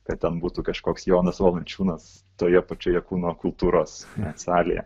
kad ten būtų kažkoks jonas valančiūnas toje pačioje kūno kultūros salėje